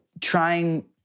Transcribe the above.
trying